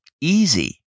easy